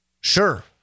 Sure